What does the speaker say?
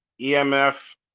emf